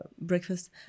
breakfast